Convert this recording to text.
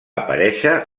aparèixer